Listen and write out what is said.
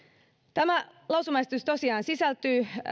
tämä lausumaesitys tosiaan sisältyy